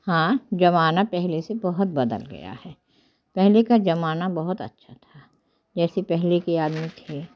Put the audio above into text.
हाँ जमाना पहले से बहुत बदल गया है पहले का जमाना बहुत अच्छा था जैसे पहले के आदमी थे